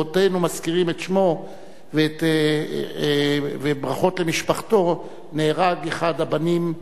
בעודנו מזכירים את שמו ואומרים ברכות למשפחתו נהרג אחד הבנים,